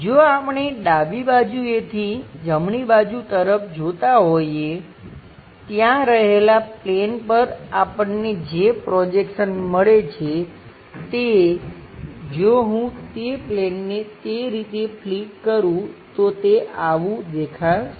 જો આપણે ડાબી બાજુએથી જમણી બાજુ તરફ જોતા હોઈએ ત્યાં રહેલાં પ્લેન પર આપણને જે પ્રોજેક્શન મળે છે તે જો હું તે પ્લેનને તે રીતે ફ્લિપ કરું તો તે આવું દેખાશે